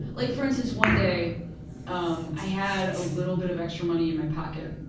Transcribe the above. like for instance one day um i had a little bit of extra money in my pocket,